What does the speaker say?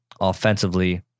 offensively